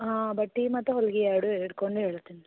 ಹಾಂ ಬಟ್ಟೆ ಮತ್ತೆ ಹೊಲಿಗೆ ಎರಡು ಹಿಡ್ಕೊಂಡು ಹೇಳ್ತೀನಿ ರೀ